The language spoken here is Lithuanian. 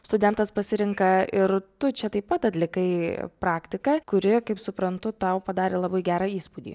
studentas pasirenka ir tu čia taip pat atlikai praktiką kuri kaip suprantu tau padarė labai gerą įspūdį